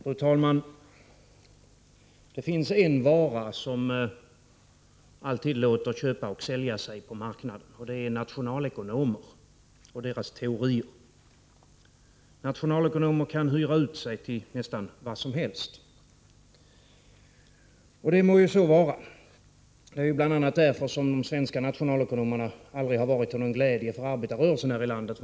Fru talman! Det finns en vara som alltid låter köpa och sälja sig på marknaden, och det är nationalekonomer och deras teorier. Nationalekonomer kan hyra ut sig till nästan vad som helst, och det må så vara. Det är bl.a. därför som de svenska nationalekonomerna aldrig har varit till någon glädje för arbetarrörelsen här i landet.